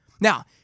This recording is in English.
Now